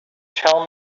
tell